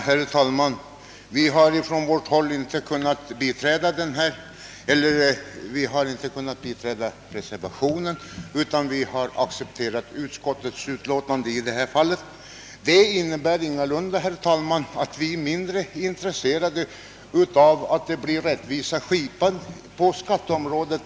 Herr talman! Vi har från vårt håll inte kunnat biträda reservationen utan vi har accepterat utskottets skrivning i detta ärende. Detta innebär ingalunda, herr talman, att vi är mindre intresserade än vad man är på annat håll av att rättvisa skipas på skatteområdet.